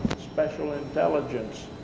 special intelligence.